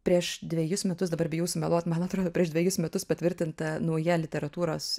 prieš dvejus metus dabar bijau sumeluot man atrodo prieš dvejus metus patvirtinta nauja literatūros